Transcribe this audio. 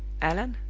allan,